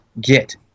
get